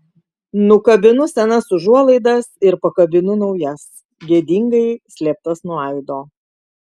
nukabinu senas užuolaidas ir pakabinu naujas gėdingai slėptas nuo aido